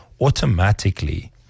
automatically